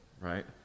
right